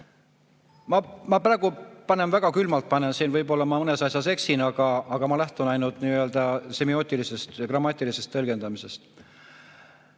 Ma praegu panen väga külmalt siin, võib-olla mõnes asjas eksin, aga ma lähtun ainult nii-öelda semiootilisest, grammatilisest tõlgendamisest.